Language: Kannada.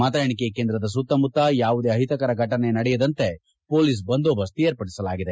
ಮತ ಎಣಿಕೆ ಕೇಂದ್ರದ ಸುತ್ತಮುತ್ತ ಯಾವುದೇ ಅಹಿತಕರ ಘಟನೆ ನಡೆಯದಂತೆ ಮೋಲಿಸ್ ಬಂದೋಬಸ್ತ್ ಏರ್ಪಡಿಸಲಾಗಿದೆ